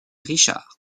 richard